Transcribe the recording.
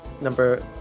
number